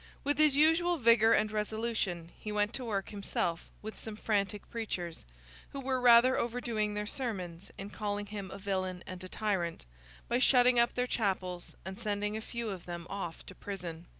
with his usual vigour and resolution he went to work himself with some frantic preachers who were rather overdoing their sermons in calling him a villain and a tyrant by shutting up their chapels, and sending a few of them off to prison.